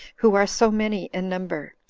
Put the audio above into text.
who are so many in number,